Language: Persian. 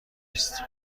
است